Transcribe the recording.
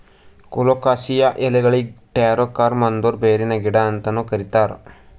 colocasia ಎಲಿಗೊಳಿಗ್ taro corm ಅಂದುರ್ ಬೇರಿನ ಗಿಡ ಅಂತನು ಕರಿತಾರ್